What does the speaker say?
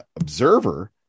observer